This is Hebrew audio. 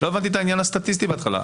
לא הבנתי את העניין הסטטיסטי בהתחלה.